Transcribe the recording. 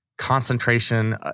Concentration